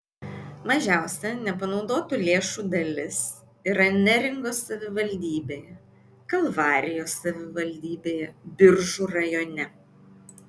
mažiausia nepanaudotų lėšų dalis yra neringos savivaldybėje kalvarijos savivaldybėje biržų rajone